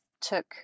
took